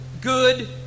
good